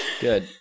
Good